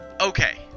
Okay